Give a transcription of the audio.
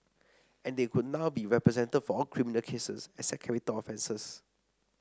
and they could now be represented for all criminal cases except capital offences